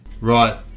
Right